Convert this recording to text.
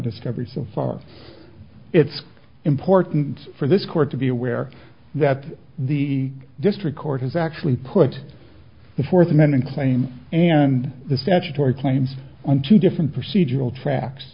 every so far it's important for this court to be aware that the district court has actually put the fourth amendment claim and the statutory claims on two different procedural tracks